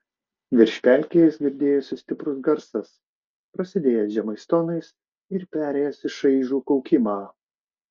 virš pelkės girdėjosi stiprus garsas prasidėjęs žemais tonais ir perėjęs į šaižų kaukimą